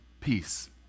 Peace